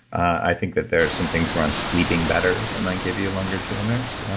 i think that there's some things where i'm sleeping better, that might give you longer telomeres.